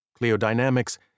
Cleodynamics